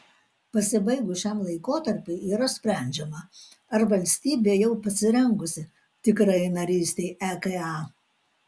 pasibaigus šiam laikotarpiui yra sprendžiama ar valstybė jau pasirengusi tikrajai narystei eka